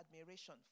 admiration